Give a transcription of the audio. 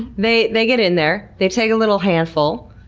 they they get in there, they take a little handful,